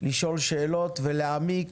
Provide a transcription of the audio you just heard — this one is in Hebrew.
לשאול שאלות, להעמיק